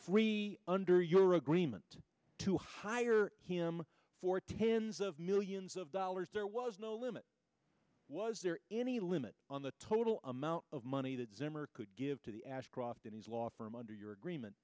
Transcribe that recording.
free under your agreement to hire him for tens of millions of dollars there was no limit was there any limit on the total amount of money that zimmer could give to the ashcroft and his law firm under your agreement